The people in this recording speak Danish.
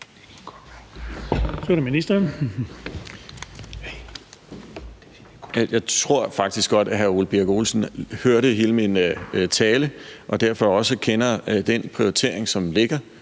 Jeg tror faktisk, at hr. Ole Birk Olesen hørte hele min tale og derfor også godt kender den prioritering, som ligger.